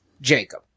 jacob